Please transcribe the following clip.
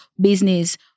business